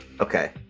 Okay